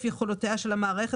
להלן,